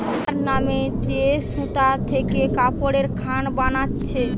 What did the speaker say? burn মানে যে সুতা থিকে কাপড়ের খান বানাচ্ছে